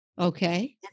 Okay